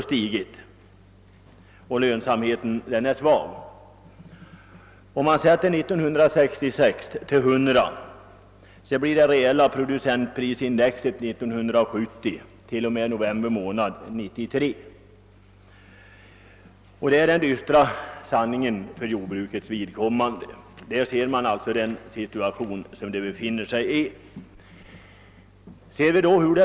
Jordbrukets lönsamhet är i dag svag. Om man sätter lönsamheten för jordbrukarna till 100 år 1966, så blir det reella producentprisindexet 1970 t.o.m. november månad bara 93. Detta är den "dystra sanningen för jordbrukarnas vidkommande, och sådan är deras situation i dag.